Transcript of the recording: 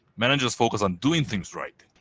managers focus on doing things right.